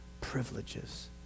privileges